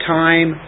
time